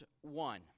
one